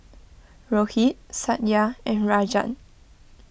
Rohit Satya and Rajan